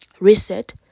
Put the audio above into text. Reset